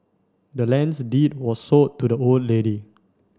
the land's deed was sold to the old lady